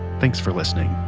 thanks for listening